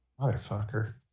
motherfucker